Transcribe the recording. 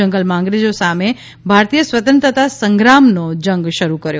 જંગલમાં અંગ્રેજો સામે સામે ભારતીય સ્વતંત્રતા સંગ્રામનો જંગ શરૂ કર્યો